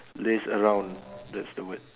laze around that's the word